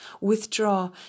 withdraw